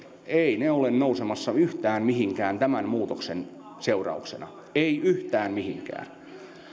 eivät ne ole nousemassa yhtään mihinkään tämän muutoksen seurauksena eivät yhtään mihinkään